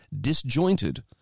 disjointed